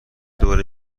دور